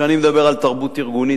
כשאני מדבר על תרבות ארגונית,